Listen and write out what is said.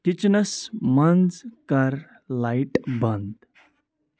کچنس منٛز کر لایٹ بند